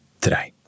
today